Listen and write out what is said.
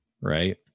right